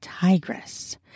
tigress